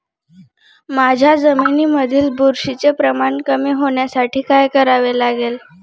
माझ्या जमिनीमधील बुरशीचे प्रमाण कमी होण्यासाठी काय करावे लागेल?